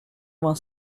vingt